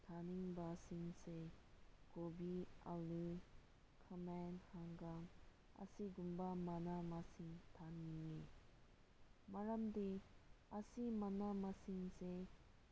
ꯊꯥꯅꯤꯡꯕꯁꯤꯡꯁꯦ ꯀꯣꯕꯤ ꯑꯥꯂꯨ ꯈꯥꯃꯦꯟ ꯍꯪꯒꯥꯝ ꯑꯁꯤꯒꯨꯝꯕ ꯃꯅꯥ ꯃꯁꯤꯡ ꯊꯥꯅꯤꯡꯏ ꯃꯔꯝꯗꯤ ꯑꯁꯤ ꯃꯅꯥ ꯃꯁꯤꯡꯁꯦ